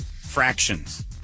fractions